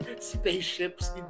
spaceships